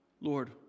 Lord